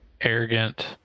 arrogant